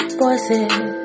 voices